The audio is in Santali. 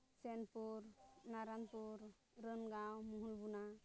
ᱥᱮᱢ ᱯᱩᱨ ᱱᱟᱨᱟᱱ ᱯᱩᱨ ᱩᱨᱟᱹᱱ ᱜᱟᱶ ᱢᱚᱦᱩᱞ ᱵᱚᱱᱟ